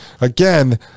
again